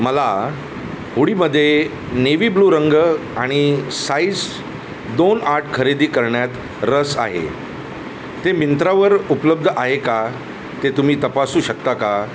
मला हुडीमध्ये navy blue रंग आणि साइज दोन आठ खरेदी करण्यात रस आहे ते मिंत्रावर उपलब्ध आहे का ते तुम्ही तपासू शकता का